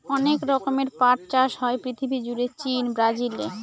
অনেক রকমের পাট চাষ হয় পৃথিবী জুড়ে চীন, ব্রাজিলে